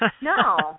No